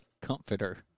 comforter